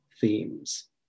themes